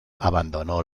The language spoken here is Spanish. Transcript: abandonó